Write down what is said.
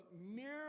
mere